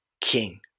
king